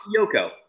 Yoko